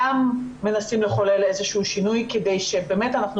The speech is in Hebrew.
גם מנסים לחולל איזשהו שינוי כדי שבאמת אנחנו